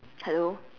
hello